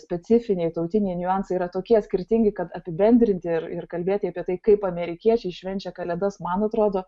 specifiniai tautiniai niuansai yra tokie skirtingi kad apibendrinti ir ir kalbėti apie tai kaip amerikiečiai švenčia kalėdas man atrodo